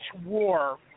war